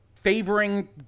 favoring